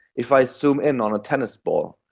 if i zoom in on a tennis ball,